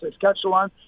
Saskatchewan